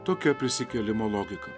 tokia prisikėlimo logika